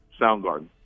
Soundgarden